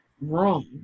wrong